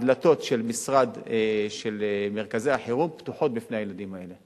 הדלתות של מרכזי החירום פתוחות בפני הילדים האלה.